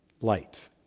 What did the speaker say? light